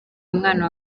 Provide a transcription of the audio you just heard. umwana